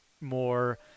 more –